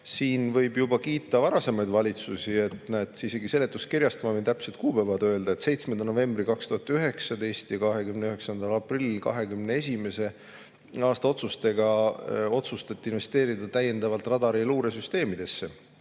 Siin võib kiita varasemaid valitsusi. Isegi seletuskirjast ma võin täpsed kuupäevad öelda: 7. novembri 2019 ja 29. aprilli 2021. aasta otsustega otsustati investeerida täiendavalt radari- ja luuresüsteemidesse.